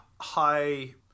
high